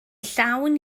llawn